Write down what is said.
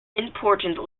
important